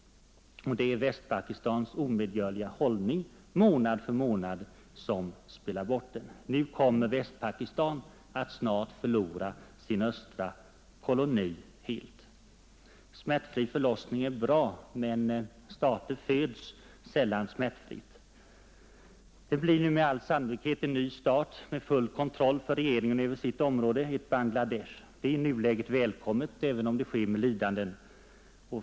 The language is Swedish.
Det är Västpakistans omedgörliga hållning månad för månad som spelat bort den. Nu kommer Västpakistan att snart ha förlorat sin östra koloni helt. Smärtfri förlossning är bra. Men stater föds sällan smärtfritt. Det blir nu med all sannolikhet en ny stat med full kontroll för regeringen över sitt område, ett Bangla Desh. Det är i nuläget välkommet, även om det sker med lidanden.